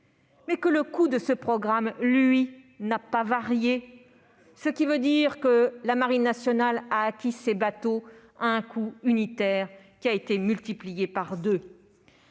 mais que le coût du programme, lui, n'a pas varié ? Autrement dit, la marine nationale a acquis ces bateaux à un coût unitaire multiplié par deux.